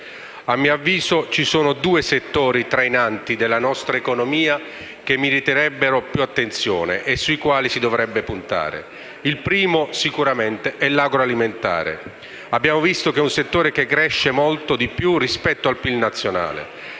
A mio avviso, ci sono due settori trainanti della nostra economia che meriterebbero più attenzione e sui quali si dovrebbe puntare. Il primo è l'agroalimentare, settore che cresce molto di più rispetto al PIL nazionale,